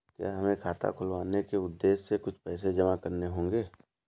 क्या हमें खाता खुलवाने के उद्देश्य से कुछ पैसे जमा करने होंगे?